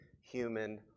human